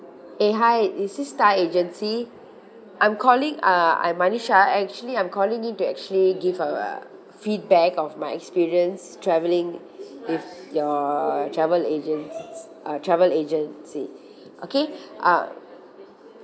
eh hi is this star agency I'm calling uh I'm manisha actually I'm calling in to actually give a feedback of my experience travelling with your travel agents uh travel agency okay uh